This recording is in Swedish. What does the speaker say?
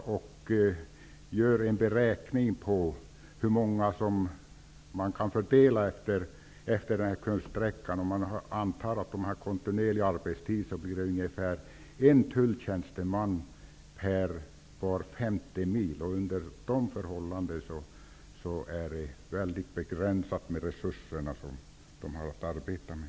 Vid en beräkning av hur många som kan fördelas utefter gränsen -- och man antar att de har kontinuerligt arbetstid -- blir det ungefär en tulltjänstemän på en sträcka av fem mil. Under sådana förhållanden är det svårt att arbeta med så begränsade resurser.